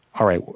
all right,